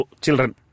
children